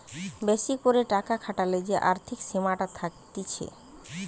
বেশি করে টাকা খাটালে যে আর্থিক সীমাটা থাকতিছে